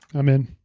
i'm in.